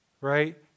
right